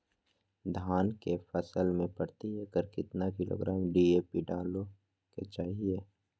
धान के फसल में प्रति एकड़ कितना किलोग्राम डी.ए.पी डाले के चाहिए?